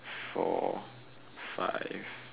four five